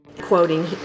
quoting